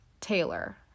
Taylor